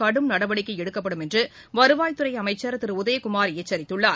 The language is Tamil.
கடும் நடவடிக்கை எடுக்கப்படும் என்று வருவாய்த்துறை அமைச்சர் திரு உதயகுமார் எச்சரித்துள்ளார்